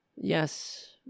Yes